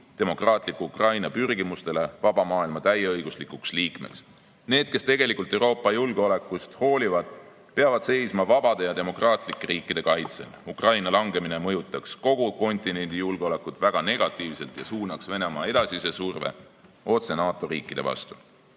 demokraatliku Ukraina pürgimustele saada vaba maailma täieõiguslikuks liikmeks. Need, kes tegelikult Euroopa julgeolekust hoolivad, peavad seisma vabade ja demokraatlike riikide kaitsel. Ukraina langemine mõjutaks kogu kontinendi julgeolekut väga negatiivselt ja suunaks Venemaa edasise surve otse NATO riikide vastu. Head